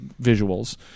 visuals